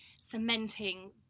cementing